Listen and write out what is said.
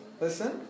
listen